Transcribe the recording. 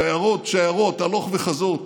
שיירות, שיירות, הלוך וחזור.